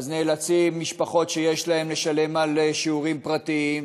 אז נאלצות משפחות שיש להן לשלם על שיעורים פרטיים,